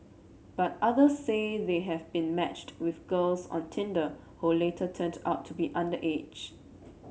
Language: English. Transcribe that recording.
but others say they have been matched with girls on Tinder who later turned out to be underage